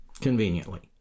conveniently